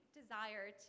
desire